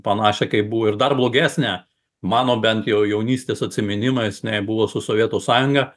panašią kaip buvo ir dar blogesnę mano bent jau jaunystės atsiminimais jinai buvo su sovietų sąjunga